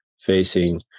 facing